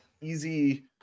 easy